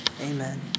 amen